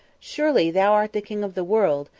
surely thou art the king of the world,